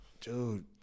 dude